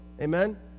Amen